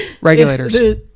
Regulators